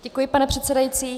Děkuji, pane předsedající.